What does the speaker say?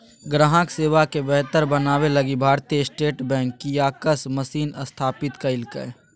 ग्राहक सेवा के बेहतर बनाबे लगी भारतीय स्टेट बैंक कियाक्स मशीन स्थापित कइल्कैय